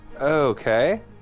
Okay